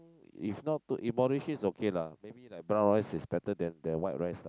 if not too if moderation is okay lah maybe like brown rice is better than than white rice lah